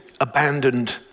abandoned